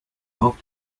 auf